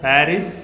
Paris